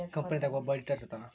company ದಾಗ ಒಬ್ಬ auditor ಇರ್ತಾನ